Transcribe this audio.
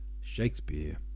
Shakespeare